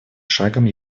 шагом